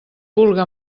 vulga